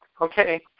Okay